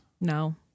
No